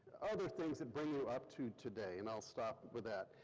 other things that bring you up to today and i'll stop for that,